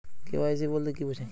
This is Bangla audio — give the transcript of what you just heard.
কে.ওয়াই.সি বলতে কি বোঝায়?